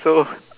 so